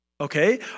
Okay